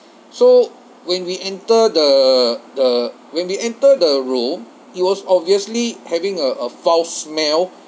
so when we enter the the when we enter the room it was obviously having a a foul smell